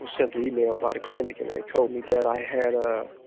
was sent the email by the clinic and they told me that i had ah.